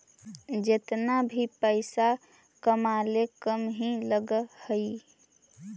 जेतना भी पइसा कमाले कम ही लग हई